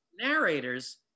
narrators